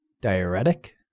diuretic